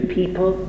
people